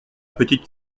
petite